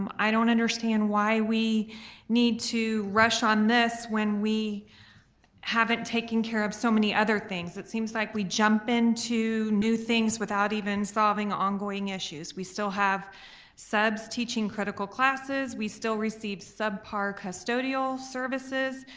um i don't understand why we need to rush on this when we haven't taken care of so many other things. it seems like we jump into new things without even solving ongoing issues. we still have subs teaching critical classes. we still receive sub-par custodial services.